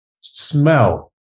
smell